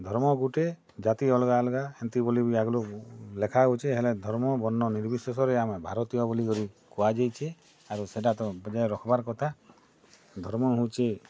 ଧର୍ମ ଗୁଟେ ଜାତି ଅଲଗା ଅଲଗା ହେନ୍ତି ବୋଲି ବି ଆଗରୁ ଲେଖା ହଉଛେ ହେଲେ ଧର୍ମ ବର୍ଣ୍ଣ ନିର୍ବିଶେଷ୍ ରେ ଆମେ ଭାରତୀୟ ବୋଲି କରି କୁହା ଯାଇଛେ ଆରୁ ସେଇଟା ତ ବଜାୟ ରଖବାର୍ କଥା ଧର୍ମ ହଉଛି